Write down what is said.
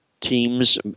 teams